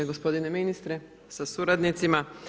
Gospodine ministre sa suradnicima.